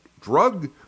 drug